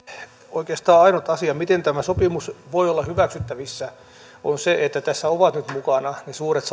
oikeastaan ainut asia miten tämä sopimus voi olla hyväksyttävissä on se että tässä ovat nyt mukana ne suuret